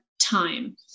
time